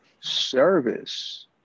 service